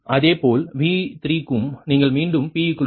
அதேபோல் V3 க்கும் நீங்கள் மீண்டும் p 0